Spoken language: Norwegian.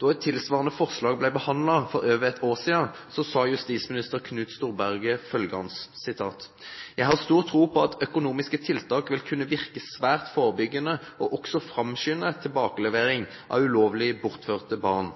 Da et tilsvarende forslag ble behandlet for over et år siden, sa justisminister Knut Storberget følgende: «… jeg har stor tro på at økonomiske tiltak vil kunne virke svært forebyggende og også framskynde tilbakelevering av ulovlig bortførte barn